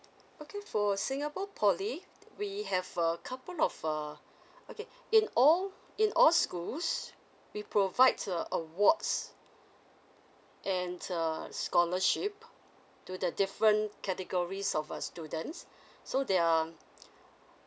okay for singapore poly we have a couple of err okay in all in all schools we provide awards and err scholarship to the different categories of a students so there are